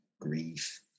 grief